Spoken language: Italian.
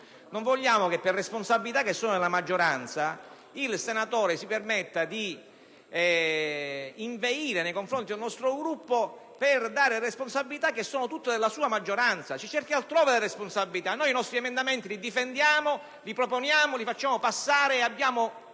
Non vogliamo che per responsabilità che sono della maggioranza il senatore si permetta di inveire nei confronti del nostro Gruppo, attribuendogli responsabilità che, ripeto, sono tutte della sua maggioranza. Si cerchi altrove la responsabilità! Noi i nostri emendamenti li proponiamo, li difendiamo, cerchiamo di farli passare e abbiamo